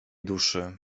duszy